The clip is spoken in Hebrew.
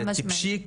זה טיפשי,